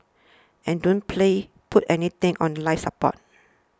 and don't play put anything on life support